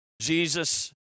Jesus